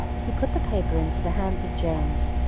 he put the paper into the hands of james.